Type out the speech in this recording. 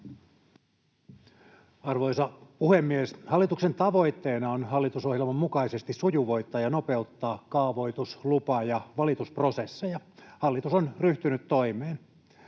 Arvoisa puhemies! Hallituksen tavoitteena on hallitusohjelman mukaisesti sujuvoittaa ja nopeuttaa kaavoitus-, lupa- ja valitusprosesseja. Hallitus on ryhtynyt toimeen.